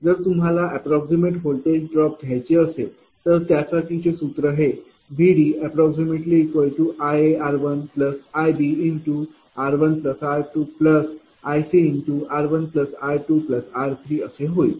जर तुम्हाला approximate voltage drop घ्यायचा असेल तर त्यासाठीचे सूत्र हे VDiAr1iBr1r2iCr1r2r3 असे असेल